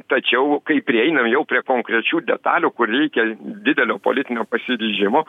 tačiau kai prieinam jau prie konkrečių detalių kur reikia didelio politinio pasiryžimo